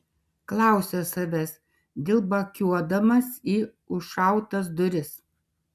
klausė savęs dilbakiuodamas į užšautas duris